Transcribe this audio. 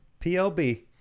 PLB